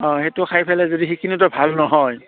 অঁ সেইটো খাই পেলাই যদি সেইখিনিতো ভাল নহয়